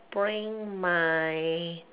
bring my